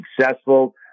successful